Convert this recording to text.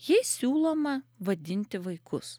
jais siūloma vadinti vaikus